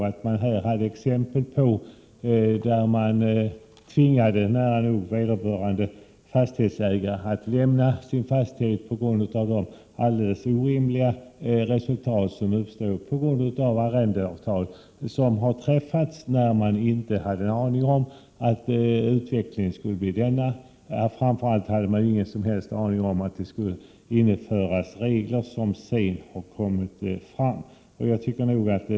Det finns exempel på fall där vederbörande fastighetsägare nära nog har tvingats lämna sin fastighet på grund av de alldeles orimliga resultat som har uppstått på grund av arrendeavtal, som hade träffats innan man hade en aning om vilken utveckling som skulle äga rum. Framför allt hade man ingen uppfattning om att sådana regler skulle införas som sedan har blivit fallet.